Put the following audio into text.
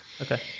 Okay